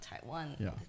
Taiwan